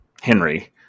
Henry